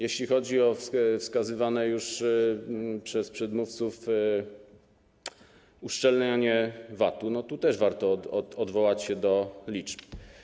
Jeśli chodzi o wskazywane już przez przedmówców uszczelnianie VAT-u, to też warto odwołać się do liczb.